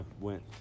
went